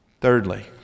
Thirdly